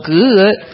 good